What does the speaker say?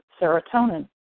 serotonin